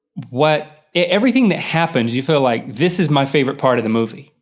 what, everything that happens you feel like this is my favorite part of the movie.